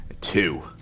Two